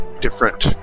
different